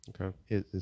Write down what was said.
okay